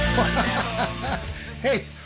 Hey